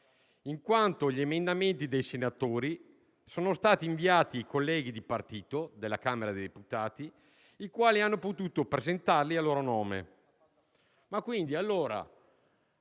in quanto gli emendamenti dei senatori sono stati inviati ai colleghi di partito della Camera dei deputati, i quali hanno potuto presentarli a loro nome.